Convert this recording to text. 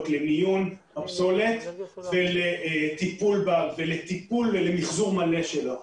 למיון הפסולת ולטיפול ומחזור מלא שלה,